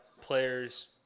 players –